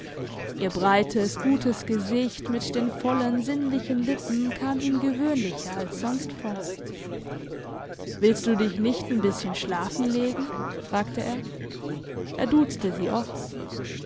ihr breites gutes gesicht mit den vollen sinnlichen lippen kam ihm gewöhnlicher als sonst vor willst du dich nicht n bisschen schlafen legen fragte er er duzte sie oft